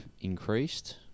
increased